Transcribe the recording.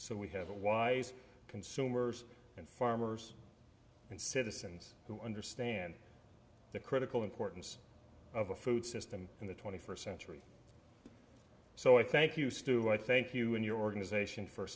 so we have a wise consumers and farmers and citizens who understand the critical importance of a food system in the twenty first century so i thank you stu i thank you and your organization f